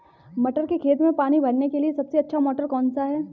मटर के खेत में पानी भरने के लिए सबसे अच्छा मोटर कौन सा है?